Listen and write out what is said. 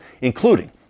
including